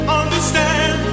understand